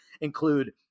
include